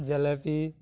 jalebi